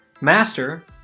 master